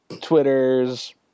Twitters